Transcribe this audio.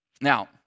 Now